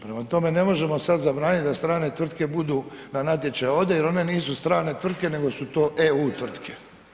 Prema tome ne možemo sad zabraniti da strane tvrtke budu na natječaju ovdje jer one nisu strane tvrtke nego su to EU tvrtke.